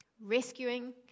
rescuing